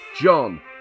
John